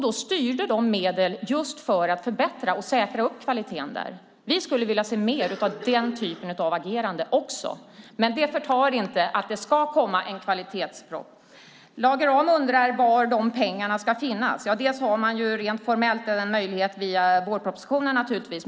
Då styrde de medel just för att förbättra och säkra kvaliteten där. Vi skulle vilja se mer av den typen av agerande också. Men det förtar inte att det ska komma en kvalitetsproposition. Lage Rahm undrar var de pengarna ska finnas. Man har rent formellt en möjlighet via vårpropositionen naturligtvis.